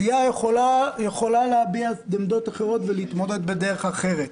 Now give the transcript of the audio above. סיעה יכולה להביע עמדות אחרות ולהתמודד בדרך אחרת.